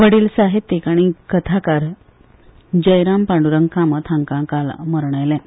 वडील साहित्यीक आनी कथाकार जयराम पांड्ररंग कामत हांकां आयज मरण आयलें